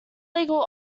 legal